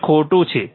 તે ખોટું છે